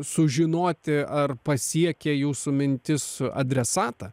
sužinoti ar pasiekė jūsų mintis adresatą